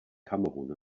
kamerun